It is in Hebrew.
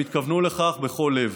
הם התכוונו לכך בכל לב.